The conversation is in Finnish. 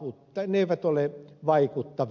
mutta ne eivät ole vaikuttavia